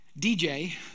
dj